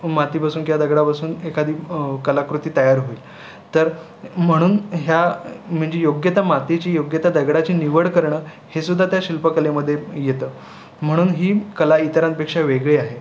मातीपासून किंवा दगडापासून एखादी कलाकृती तयार होईल तर म्हणून ह्या म्हणजे योग्य त्या मातीची योग्य त्या दगडाची निवड करणं हे सुद्धा त्या शिल्पकलेमध्ये येतं म्हणून ही कला इतरांपेक्षा वेगळी आहे